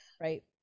right